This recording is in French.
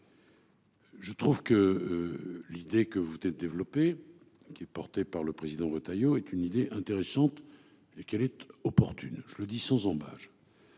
Je trouve que. L'idée que vous développez qui est porté par le président Retailleau est une idée intéressante et qu'elle était opportune. Je le dis sans ambages.